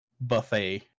buffet